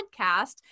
podcast